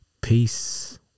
Peace